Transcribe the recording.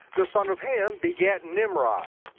the son of ham, begat nimrod,